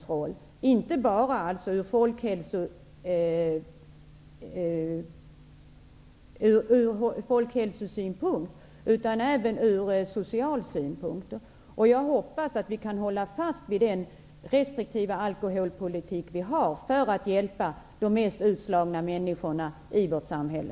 Alkoholpolitiken är alltså viktig inte bara från folkhälsosynpunkt, utan även från social synpunkt. Jag hoppas att vi kan hålla fast vid den restriktiva alkoholpolitik vi har för att hjälpa de mest utslagna människorna i vårt samhälle.